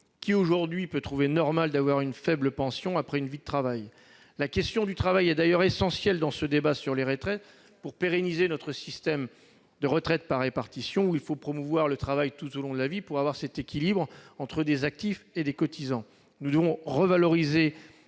Qui aujourd'hui peut trouver normal de percevoir une faible pension après une vie de travail ? La question du travail est d'ailleurs essentielle dans ce débat sur les retraites : pour pérenniser notre système de retraite par répartition, il faut promouvoir le travail tout au long de la vie pour garantir un équilibre entre actifs et cotisants. Nous devons revaloriser